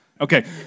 Okay